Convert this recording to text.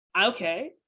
okay